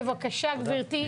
בבקשה גברתי.